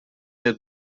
lill